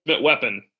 weapon